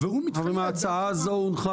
והוא מתחייב בהמשך --- ההצעה הזו הונחה